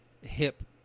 hip